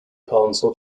council